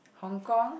Hong-Kong